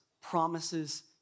promises